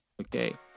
okay